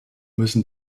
müssen